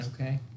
Okay